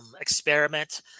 Experiment